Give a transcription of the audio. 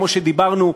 כמו שאמרנו,